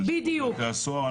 של שירות בתי הסוהר,